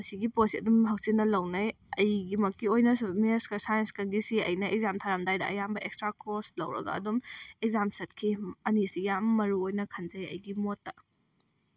ꯑꯁꯤꯒꯤ ꯄꯣꯠꯁꯤ ꯑꯗꯨꯝ ꯍꯛꯆꯤꯟꯅ ꯂꯧꯅꯩ ꯑꯩꯒꯤꯃꯛꯀꯤ ꯑꯣꯏꯅꯁꯨ ꯃꯦꯠꯁꯀꯥ ꯁꯥꯏꯟꯁꯀꯒꯤꯁꯤ ꯑꯩꯅ ꯑꯦꯛꯖꯥꯝ ꯊꯥꯔꯝꯗꯥꯏꯗ ꯑꯌꯥꯝꯕ ꯑꯦꯛꯁꯇ꯭ꯔꯥ ꯀꯣꯔꯁ ꯂꯧꯔꯒ ꯑꯗꯨꯝ ꯑꯦꯛꯖꯥꯝ ꯆꯠꯈꯤ ꯑꯅꯤꯁꯤ ꯌꯥꯝ ꯃꯔꯨ ꯑꯣꯏꯅ ꯈꯟꯖꯩ ꯑꯩꯒꯤ ꯃꯣꯠꯇ